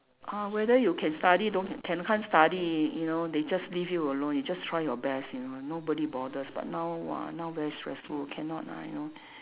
uh whether you can study don't can can't study you know they just leave you alone you just try your best you know nobody bothers but now !wah! now very stressful cannot lah you know